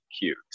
cute